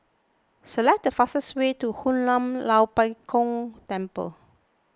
select the fastest way to Hoon Lam Tua Pek Kong Temple